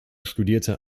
studierte